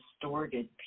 distorted